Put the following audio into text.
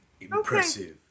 Impressive